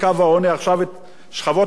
עכשיו שכבות הביניים,